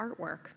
artwork